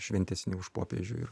šventesni už popiežių